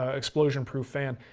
ah explosion proof fan,